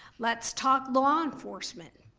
let's talk law enforcement,